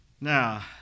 Now